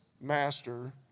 master